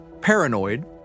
Paranoid